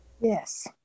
Yes